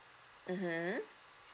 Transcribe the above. mmhmm